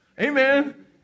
Amen